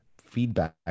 feedback